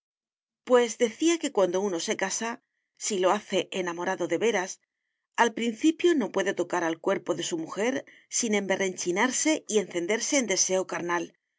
pues decía que cuando uno se casa si lo hace enamorado de veras al principio no puede tocar al cuerpo de su mujer sin emberrenchinarse y encenderse en deseo carnal